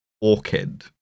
orchid